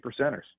percenters